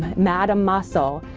madame muscle.